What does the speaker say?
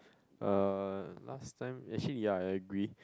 uh last time actually ya I agree